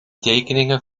tekeningen